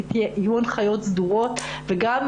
אני מבקשת שיהיו הנחיות סדורות לגבי